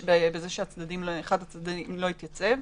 שאחד הצדדים לא התייצב.